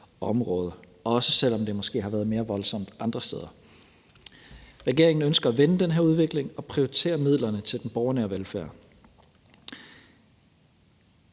også selv om det måske har været mere voldsomt andre steder. Regeringen ønsker at vende den her udvikling og prioritere midlerne til den borgernære velfærd.